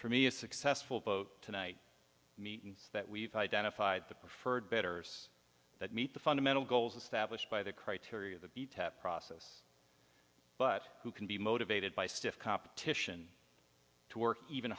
for me a successful vote tonight meeting that we've identified the preferred bettors that meet the fundamental goals established by the criteria that be tapped process but who can be motivated by stiff competition to work even